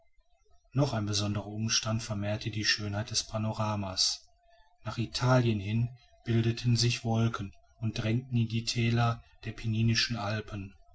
noch ein besonderer umstand vermehrte die schönheit des panoramas nach italien hin bildeten sich wolken und drangen in die thäler der penninischen alpen